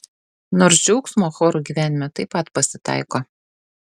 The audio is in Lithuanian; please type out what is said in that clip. nors džiaugsmo chorų gyvenime taip pat pasitaiko